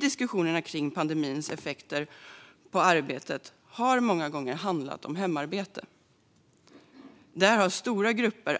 Diskussionerna om pandemins effekter på arbetet har många gånger handlat om hemarbete. Där har stora grupper